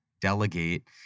delegate